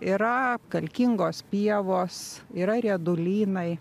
yra kalkingos pievos yra riedulynai